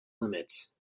limits